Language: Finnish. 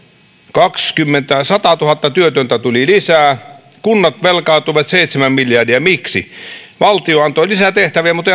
kaksikymmentä miljardia satatuhatta työtöntä tuli lisää kunnat velkaantuivat seitsemän miljardia miksi valtio antoi lisää tehtäviä mutta